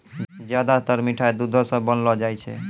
ज्यादातर मिठाय दुधो सॅ बनौलो जाय छै